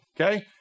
okay